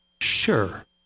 sure